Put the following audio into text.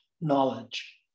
knowledge